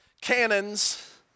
cannons